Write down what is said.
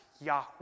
Yahweh